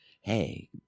Hey